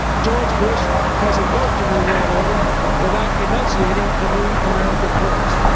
george bush has invoked a new world order without enunciating a new american purpose.